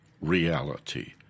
reality